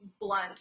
blunt